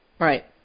Right